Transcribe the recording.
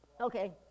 Okay